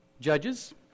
Judges